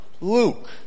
Luke